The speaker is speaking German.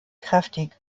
kräftig